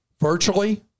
virtually